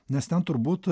nes ten turbūt